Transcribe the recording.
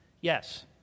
Yes